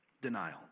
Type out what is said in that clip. denial